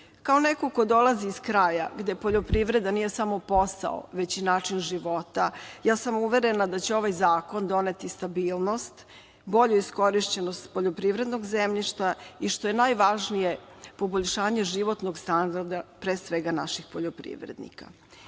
neko ko dolazi iz kraja gde poljoprivreda nije samo posao, već i način života, ja sam uverena da će ovaj zakon doneti stabilnost, bolju iskorišćenost poljoprivrednog zemljišta i što je najvažnije - poboljšanje životnog standarda, pre svega, naših poljoprivrednika. Na